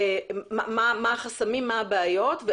מה החסמים והבעיות,